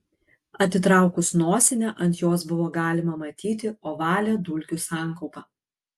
atitraukus nosinę ant jos buvo galima matyti ovalią dulkių sankaupą